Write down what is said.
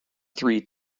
three